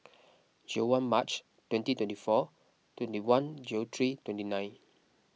zero one March twenty twenty four twenty one zero three twenty nine